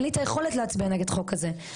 אין לי את היכולת להצביע נגד חוק כזה,